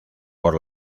por